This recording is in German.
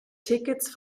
tickets